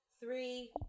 three